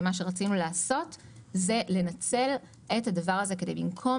ומה שרצינו לעשות הוא לנצל את הדבר הזה כדי במקום